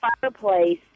fireplace